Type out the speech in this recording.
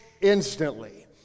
instantly